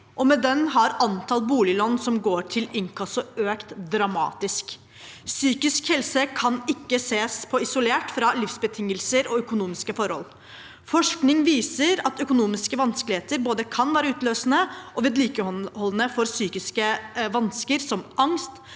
og med den har antall boliglån som går til inkasso, økt dramatisk. Psykisk helse kan ikke ses isolert fra livsbetingelser og økonomiske forhold. Forskning viser at økonomiske vanskeligheter kan være både utløsende og vedlikeholdende for psykiske vansker som angst,